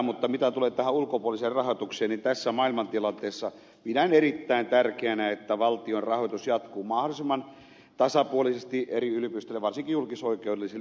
mutta mitä tulee tähän ulkopuoliseen rahoitukseen niin tässä maailmantilanteessa pidän erittäin tärkeänä että valtion rahoitus jatkuu mahdollisimman tasapuolisesti eri yliopistoille varsinkin julkisoikeudellisille yliopistoille